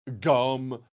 Gum